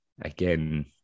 again